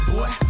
Boy